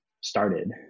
started